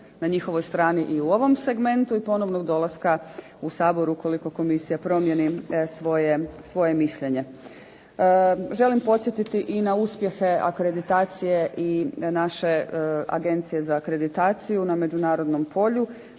na njihovoj strani i u ovom segmentu i ponovnog dolaska u Sabor ukoliko Komisija promijeni svoje mišljenje. Želim podsjetiti i na uspjehe akreditacije i naše Agencije za akreditaciju na međunarodnom polju,